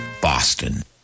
Boston